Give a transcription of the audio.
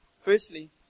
Firstly